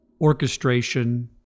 orchestration